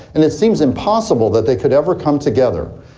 and it seems impossible that they could ever come together.